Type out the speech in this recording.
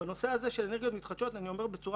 ובנושא של האנרגיות המתחדשות אני אומר בצורה